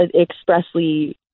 expressly